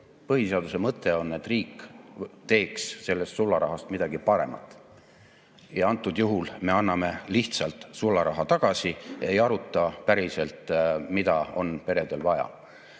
Põhiseaduse mõte on, et riik teeks sellest sularahast midagi paremat. Praegusel juhul me anname lihtsalt sularaha tagasi, aga ei aruta, mida on peredel